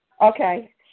Okay